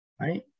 right